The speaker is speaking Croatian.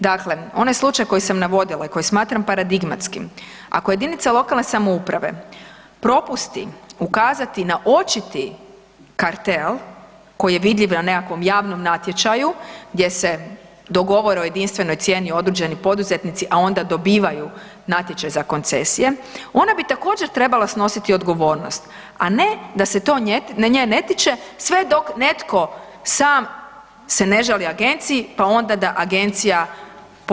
Dakle, onaj slučaj koji sam navodila i koji smatram paradigmatskim, ako jedinica lokalne samouprave propusti ukazati na očiti kartel koji je vidljiv na nekakvom javnom natječaju gdje se dogovore o jedinstvenoj cijeni određeni poduzetnici a onda dobivaju natječaj za koncesije, ona bi također trebala snositi odgovornost, a ne da se to nje ne tiče sve dok netko sam se ne žali agenciji, pa onda da agencija po tom postupa.